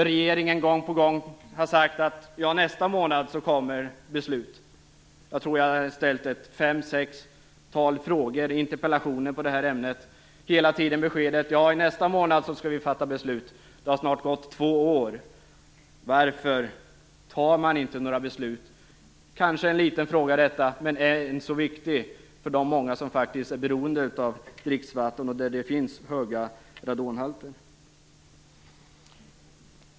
Regeringen har gång på gång sagt att beslut kommer nästa månad. Jag tror att jag har framställt 5-6 frågor och interpellationer i det här ämnet. Hela tiden har jag fått beskedet: I nästa månad skall vi fatta beslut. Det har snart gått två år. Varför fattar man inte några beslut? Det här kanske är en liten fråga, men den är nog så viktig för de många människor som faktiskt är beroende av dricksvatten och som bor i områden där vattnet har hög radonhalt.